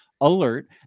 alert